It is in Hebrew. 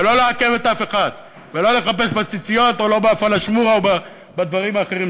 ולא לעכב אף אחד ולא לחפש בציציות או בפלאשמורה או בדברים האחרים.